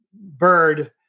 Bird